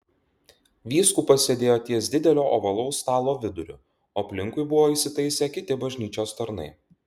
vyskupas sėdėjo ties didelio ovalaus stalo viduriu o aplinkui buvo įsitaisę kiti bažnyčios tarnai